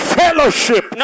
fellowship